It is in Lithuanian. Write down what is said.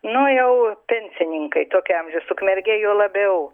nu jau pensininkai tokio amžiaus ukmergėj juo labiau